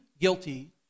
guilty